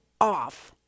off